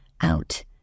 out